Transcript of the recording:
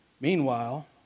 Meanwhile